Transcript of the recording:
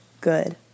good